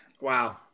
Wow